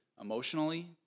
emotionally